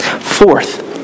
Fourth